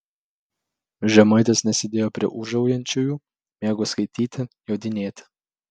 žemaitis nesidėjo prie ūžaujančiųjų mėgo skaityti jodinėti